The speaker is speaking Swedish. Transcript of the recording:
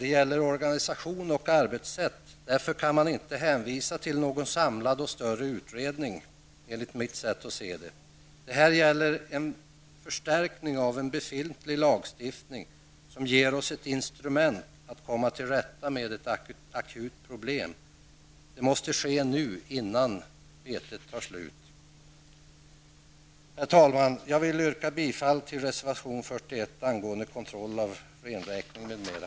Det gäller organisation och arbetssätt, och därför kan man inte hänvisa till någon samlad och större utredning. Det här gäller en förstärkning av befintlig lagstiftning, som ger oss ett instrument för att komma till rätta med ett akut problem. Det måste ske nu innan betet tar slut. Herr talman! Jag vill härmed yrka bifall till reservation 41 angående kontroll av renräkning m.m.